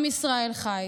עם ישראל חי,